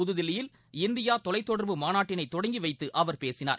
புதுதில்லியில் இந்தியா தொலைத் தொடர்பு மாநாட்டினைதொடங்கிவைத்துஅவாபேசினார்